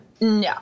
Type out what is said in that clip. No